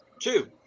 Two